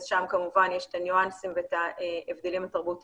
אז שם כמובן יש את הניואנסים ואת ההבדלים התרבותיים.